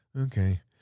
okay